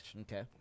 Okay